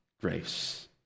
grace